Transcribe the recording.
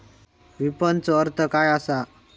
विपणनचो अर्थ काय असा?